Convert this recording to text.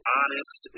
honest